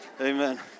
Amen